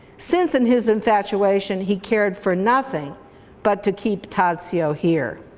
since in his infatuation he cared for nothing but to keep tadzio here.